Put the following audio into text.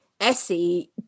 Essie